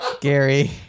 Gary